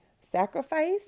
sacrifice